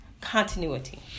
continuity